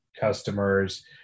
customers